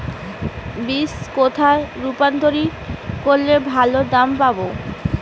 Beans কোথায় রপ্তানি করলে ভালো দাম পাব?